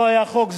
לא, לא היה חוק.